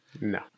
No